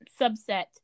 subset